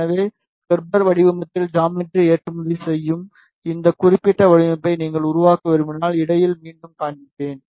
எனவே கெர்பர் வடிவத்தில் ஜாமெட்ரியை ஏற்றுமதி செய்யும் இந்த குறிப்பிட்ட வடிவமைப்பை நீங்கள் உருவாக்க விரும்பினால் இடையில் மீண்டும் காண்பிப்பேன்